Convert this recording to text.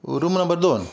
room number दोन